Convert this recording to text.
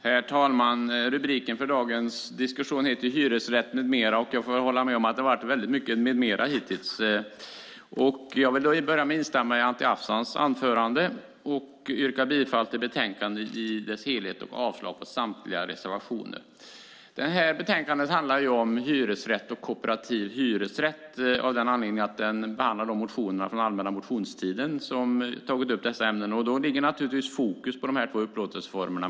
Herr talman! Rubriken på detta betänkande är Hyresrätt m.m. Jag får hålla med om att det har varit mycket med mera hittills. Jag vill börja med att instämma i Anti Avsans anförande och yrka bifall till förslaget i betänkandet och avslag på samtliga reservationer. Detta betänkande handlar om hyresrätt och kooperativ hyresrätt. I betänkandet behandlas motioner från allmänna motionstiden där dessa ämnen har tagits upp. Då ligger naturligtvis fokus på dessa två upplåtelseformer.